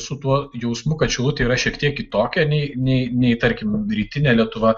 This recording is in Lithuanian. su tuo jausmu kad šilutė yra šiek tiek kitokia nei nei nei tarkim rytinė lietuva